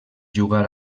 jugar